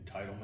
entitlement